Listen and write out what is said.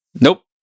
Nope